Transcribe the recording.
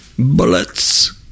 bullets